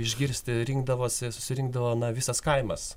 išgirsti rinkdavosi susirinkdavo na visas kaimas